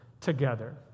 together